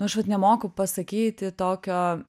aš vat nemoku pasakyti tokio